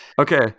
Okay